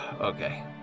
Okay